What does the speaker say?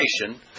nation